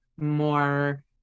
more